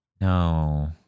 No